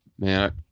Man